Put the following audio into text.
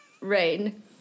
rain